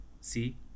See